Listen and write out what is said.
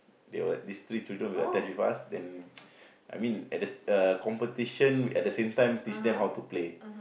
they were these three children were attached with us then I mean at this uh competition at the same time teach them how to play